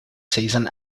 season